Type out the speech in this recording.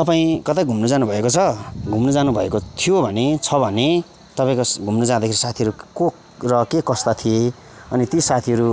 तपाईँ कतै घुम्न जानुभएको छ घुम्न जानुभएको थियो भने छ भने तपाईँको घुम्न जाँदा साथीहरू को र के कस्ता थिए अनि ती साथीहरू